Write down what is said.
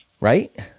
Right